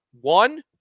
One